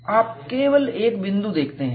आप केवल एक बिंदु देखते हैं